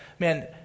Man